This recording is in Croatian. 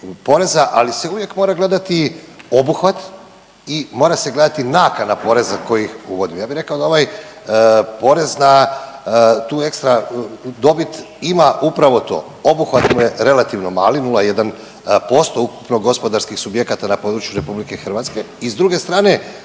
poreza, ali se uvijek mora gledati obuhvat i mora se gledati nakana poreza tko ih uvodi. Ja bih rekao da ovaj porez na tu ekstra dobit ima upravo to. Obuhvat mu je relativno mali 0,1% ukupnih gospodarskih subjekata na području Republike Hrvatske i s druge strane